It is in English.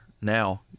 now